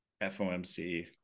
FOMC